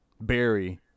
Barry